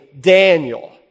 Daniel